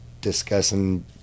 discussing